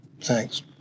Thanks